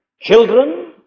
children